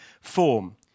form